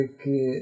que